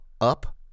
up